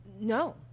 No